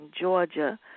Georgia